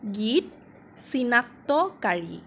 গীত চিনাক্তকাৰী